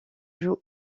joue